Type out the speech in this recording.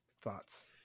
Thoughts